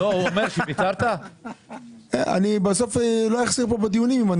אני בסוף לא אחסיר פה בדיונים אם אני